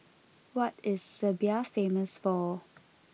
what is Serbia famous for